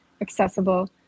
accessible